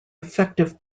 effective